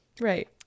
Right